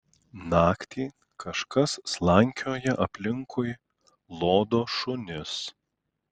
naktį kažkas slankioja aplinkui lodo šunis